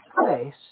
place